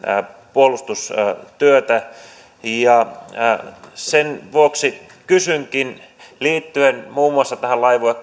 puolustustyötä sen vuoksi kysynkin liittyen muun muassa tähän laivue